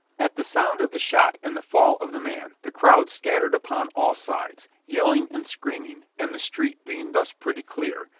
at the sound of the shot and the fall of the man the crowd scattered upon all sides, yelling and screaming, and the street being thus pretty clear,